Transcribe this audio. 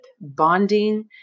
bonding